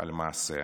על מעשיה.